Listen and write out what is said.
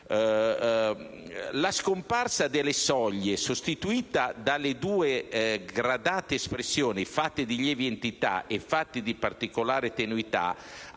La scomparsa delle soglie, sostituite dalle due gradate espressioni fatti «di lieve entità» e fatti di «particolare tenuità»,